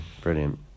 Brilliant